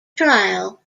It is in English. trial